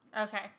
Okay